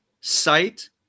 sight